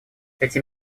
эти